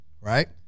right